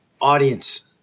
audience